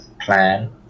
plan